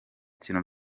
kintu